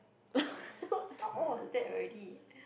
what how old was that already